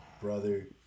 brother